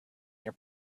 your